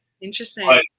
Interesting